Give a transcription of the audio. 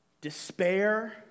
despair